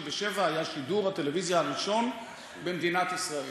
ב-1968 היה שידור הטלוויזיה הראשון במדינת ישראל,